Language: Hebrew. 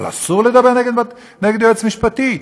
אבל אסור לדבר הנגד היועץ משפטי,